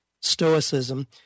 stoicism